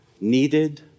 needed